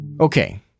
Okay